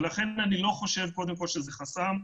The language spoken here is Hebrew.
לכן אני לא חושב שזה חסם.